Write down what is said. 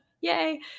Yay